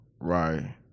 right